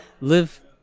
live